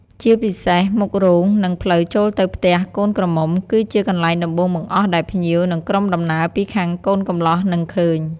ជាពិសេសមុខរោង និងផ្លូវចូលទៅផ្ទះកូនក្រមុំ គឺជាកន្លែងដំបូងបង្អស់ដែលភ្ញៀវ និងក្រុមដំណើរពីខាងកូនកំលោះនឹងឃើញ។